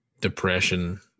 depression